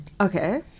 Okay